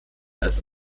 als